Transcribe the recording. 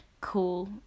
cool